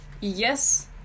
yes